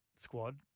squad